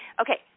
okay